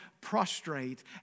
prostrate